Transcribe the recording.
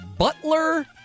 Butler